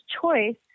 choice